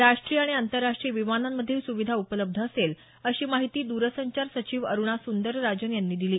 राष्टीय आणि आंतरराष्टीय विमानांमध्ये ही सुविधा उपलब्ध असेल अशी माहिती द्रसंचार सचिव अरुणा सुंदरराजन यांनी दिली